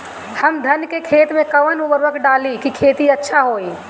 हम धान के खेत में कवन उर्वरक डाली कि खेती अच्छा होई?